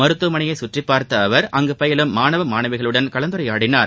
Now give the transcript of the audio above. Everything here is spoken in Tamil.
மருத்துவமனையை சுற்றி பார்த்தா அவர் அங்கு பயிலும் மாணவ மாணவிகளுடன் கலந்துரையாடினார்